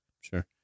Sure